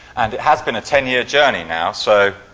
and it has been a ten year journey now. so,